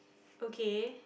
okay